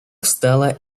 встала